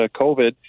COVID